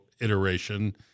iteration